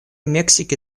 мексики